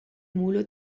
mulo